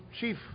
chief